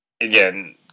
again